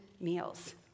meals